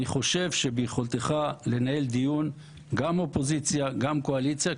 אני חושב שביכולתך לנהל דיון גם אופוזיציה וגם קואליציה,